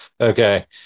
Okay